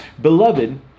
Beloved